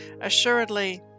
Assuredly